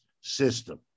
system